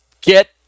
get